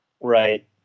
Right